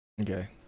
okay